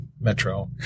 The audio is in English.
Metro